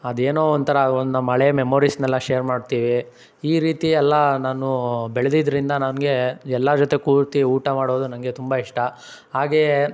ಅದು ಏನೋ ಒಂಥರ ಒಂದು ನಮ್ಮ ಹಳೇ ಮೆಮೊರೀಸ್ನೆಲ್ಲ ಶೇರ್ ಮಾಡ್ತೀವಿ ಈ ರೀತಿಯೆಲ್ಲ ನಾನು ಬೆಳೆದಿದ್ರಿಂದ ನನಗೆ ಎಲ್ಲರ ಜೊತೆ ಕೂತು ಊಟ ಮಾಡೋದು ನನಗೆ ತುಂಬ ಇಷ್ಟ ಹಾಗೆಯೇ